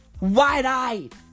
Wide-eyed